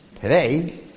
today